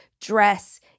dress